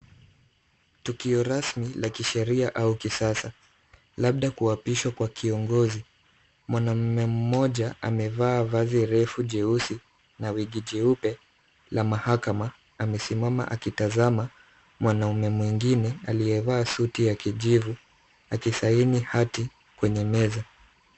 Tukio rasmi la kisheria au kisasa, labda kuapishwa kwa kiongozi. Mwanamume mmoja amevaa vazi refu jeusi na wigi jeupe la mahakama, amesimama akitazama mwanamume mwingine aliyevaa suti ya kijivu, akisaini hati kwenye meza.